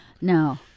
No